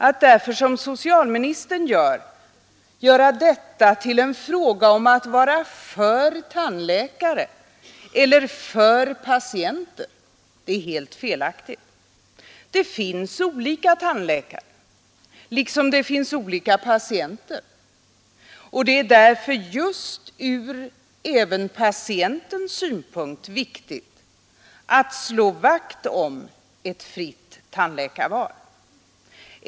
Att som socialministern göra detta till en fråga om att vara för tandläkare eller för patienter är därför helt felaktigt. Det finns olika tandläkare, liksom det finns olika patienter, och det är därför också just från patientens synpunkt viktigt att slå vakt om ett fritt tandläkarval.